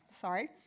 sorry